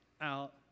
out